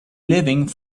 living